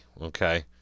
okay